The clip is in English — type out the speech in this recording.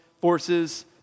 forces